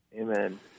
Amen